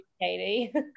Katie